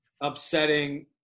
upsetting